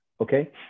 Okay